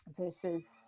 versus